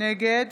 נגד